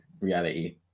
reality